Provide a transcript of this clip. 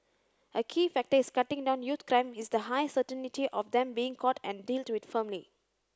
a key factor is cutting down youth crime is the high certainty of them being caught and dealt with firmly